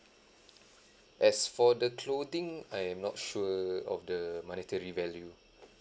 as for the clothing I am not sure of the monetary value